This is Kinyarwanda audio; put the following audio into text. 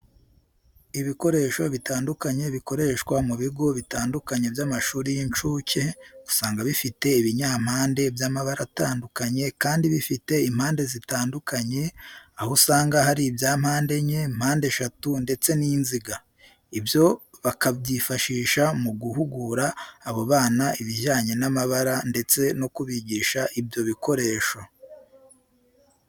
Ibikoresho bitandukanye bikoreshwa mu bigo bitandukanye by'amashuri y'incuke, usanga bifite ibinyampande by'amabara atandukanye kandi bifite impande zitandukanye, aho usanga hari ibya mpandenye, mpandeshatu ndetse n'inziga. Ibyo bakabyifashisha mu guhugura abo bana ibijyanye n'amabara ndetse no kubigisha ibyo bikoresho.